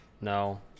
no